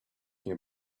were